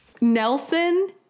Nelson